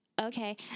Okay